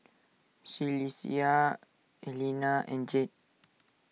Celestia Elena and Jed